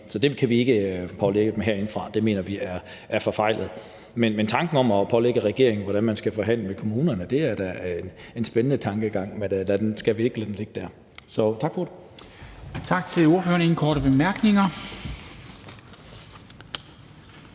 Så det kan vi ikke pålægge dem herindefra. Det mener vi er forfejlet. Men tanken om at pålægge regeringen, hvordan man skal forhandle med kommunerne, er da en spændende tankegang, men skal vi ikke lade den ligge dér? Tak for ordet. Kl. 11:25 Formanden